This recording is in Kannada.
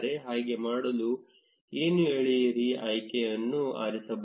ಹಾಗೆ ಮಾಡಲು ನಾವು ಎಳೆಯಿರಿ ಆಯ್ಕೆಯನ್ನು ಆರಿಸಬಹುದು